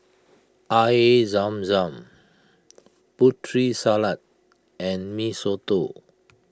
Air Zam Zam Putri Salad and Mee Soto